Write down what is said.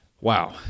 Wow